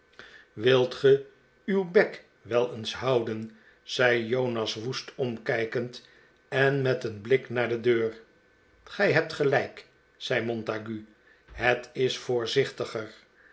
wilt ge uw bek wel eens houden zei jonas tvoest omkijkend en met een blik naar de deur gij hebt gelijk zei montague het is voorzichtiger